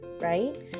right